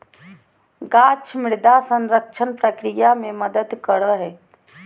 गाछ मृदा संरक्षण प्रक्रिया मे मदद करो हय